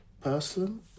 person